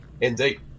Indeed